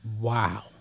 Wow